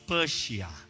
Persia